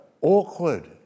awkward